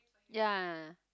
ya